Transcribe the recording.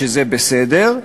וזה בסדר,